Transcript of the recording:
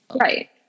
Right